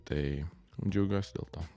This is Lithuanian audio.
tai džiaugiuosi dėl to